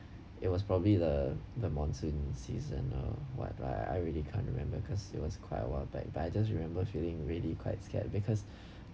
it was probably the the monsoon season or what what I I really can't remember because it was quite a while back but I just remember feeling really quite scared because